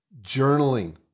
journaling